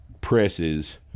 presses